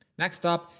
next up,